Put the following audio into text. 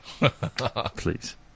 Please